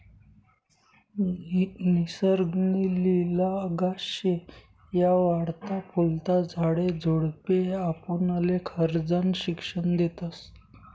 निसर्ग नी लिला अगाध शे, या वाढता फुलता झाडे झुडपे आपुनले खरजनं शिक्षन देतस